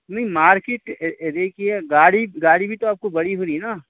نہیں مارکیٹ دیکھیے گاڑی گاڑی بھی تو آپ کو بڑی ہو رہی نا